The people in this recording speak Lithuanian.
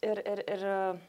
ir ir ir